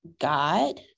God